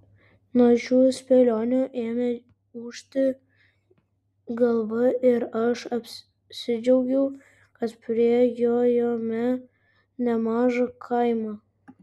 nuo šių spėlionių ėmė ūžti galva ir aš apsidžiaugiau kad prijojome nemažą kaimą